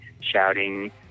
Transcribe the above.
shouting